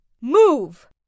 Move